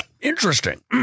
interesting